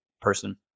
person